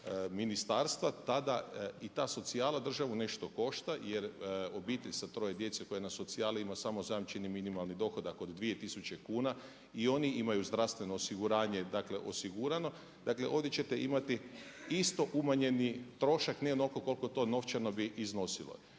ministarstva, tada i ta socijala državu nešto košta. Jer obitelj sa troje djece koja je na socijali ima samo zajamčeni minimalni dohodak od 2000 kuna. I oni imaju zdravstveno osiguranje, dakle osigurano. Dakle, ovdje ćete imati isto umanjeni trošak ne onoliko koliko to novčano bi iznosilo.